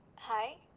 hi.